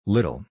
Little